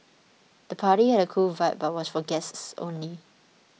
the party had a cool vibe but was for guests only